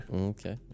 Okay